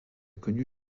connues